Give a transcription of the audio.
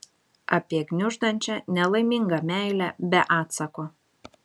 apie gniuždančią nelaimingą meilę be atsako